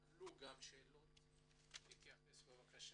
עלו גם שאלות תתייחס אליהן בבקשה.